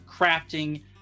crafting